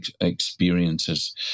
experiences